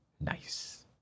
Nice